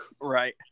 Right